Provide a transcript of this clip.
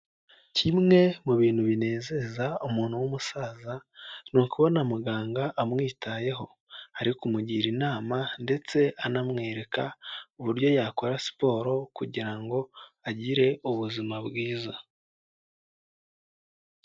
Kimwe mu bintu binezeza umuntu w'umusaza ni ukubona muganga amwitayeho ari kumugira inama, ndetse anamwereka uburyo yakora siporo kugirango agire ubuzima bwiza.